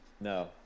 No